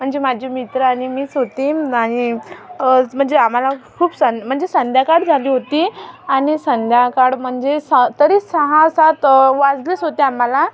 म्हणजे माझे मित्र आणि मीच होती आणि म्हणजे आम्हाला खूप स म्हणजे संध्याकाळ झाली होती आणि संध्याकाळ म्हणजे सहा तरी सहा सात वाजलेच होते आम्हाला